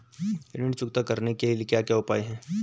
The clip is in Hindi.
ऋण चुकता करने के क्या क्या उपाय हैं?